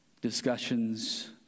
discussions